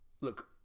look